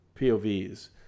POVs